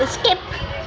skip